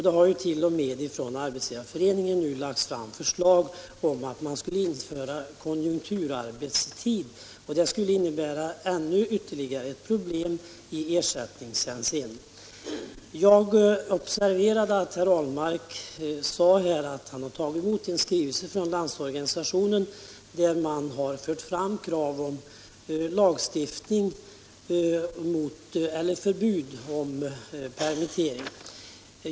Det har t.o.m. från Arbetsgivareföreningens sida lagts fram förslag om att införa konjunkturanpassad arbetstid. Det skulle innebära ännu ett problem i ersättningshänseende. Herr Ahlmark sade att han har tagit emot en skrivelse från Landsorganisationen, där man har fört fram krav på förbud mot permittering.